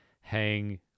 hang